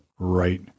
Right